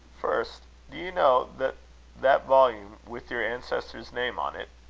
first do you know that that volume with your ancestor's name on it,